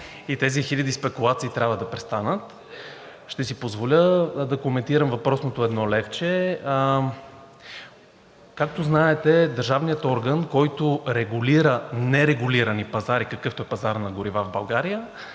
и тези хиляди спекулации трябва да престанат. Ще си позволя да коментирам въпросното едно левче. Както знаете, държавният орган, който регулира нерегулирани пазари, какъвто е пазарът на горива в България,